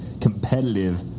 competitive